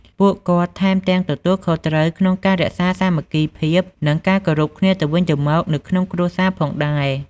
ពួកគាត់ថែមទាំងទទួលខុសត្រូវក្នុងការរក្សាសាមគ្គីភាព និងការគោរពគ្នាទៅវិញទៅមកនៅក្នុងគ្រួសារផងដែរ។